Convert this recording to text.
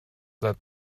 that